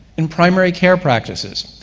in primary care practices.